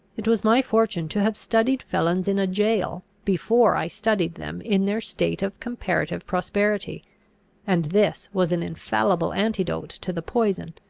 it was my fortune to have studied felons in a jail before i studied them in their state of comparative prosperity and this was an infallible antidote to the poison.